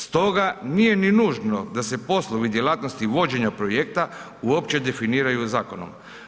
Stoga nije ni nužno da se poslovi djelatnosti vođenja projekta uopće definiraju zakonom.